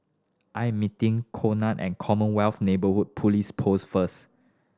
I am meeting Conard at Commonwealth Neighbourhood Police Post first